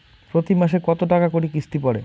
প্রতি মাসে কতো টাকা করি কিস্তি পরে?